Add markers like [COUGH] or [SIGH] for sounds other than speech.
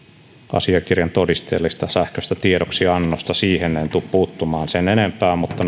asiakirjan todisteellisesta sähköisestä tiedoksiannosta siihen en tule puuttumaan sen enempää mutta [UNINTELLIGIBLE]